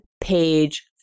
page